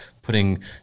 putting